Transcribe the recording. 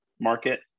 market